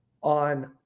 on